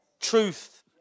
truth